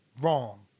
wrong